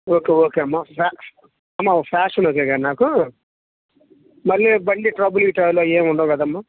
okay okay అమ్మా అమ్మా ఓ ఫ్యాషన్ వద్దులే కానీ నాకు మళ్ళీ బండి ట్రబుల్ ఇవ్వడాలు అవి ఏమి ఉండవు కదమ్మా